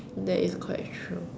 that is quite true